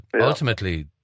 ultimately